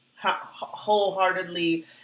wholeheartedly